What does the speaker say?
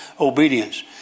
obedience